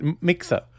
mixer